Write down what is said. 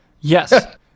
Yes